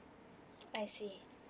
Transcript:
I see